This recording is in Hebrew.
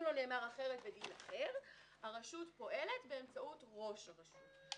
לא נאמר אחרת בדין אחר הרשות פועלת באמצעות ראש הרשות.